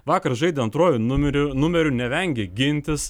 vakar žaidė antruoju numeriu numeriu nevengė gintis